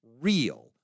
real